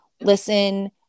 listen